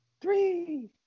three